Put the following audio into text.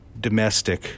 domestic